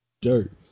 dirt